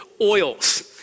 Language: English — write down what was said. oils